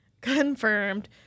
Confirmed